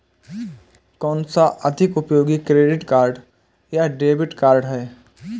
कौनसा अधिक उपयोगी क्रेडिट कार्ड या डेबिट कार्ड है?